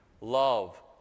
Love